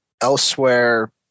elsewhere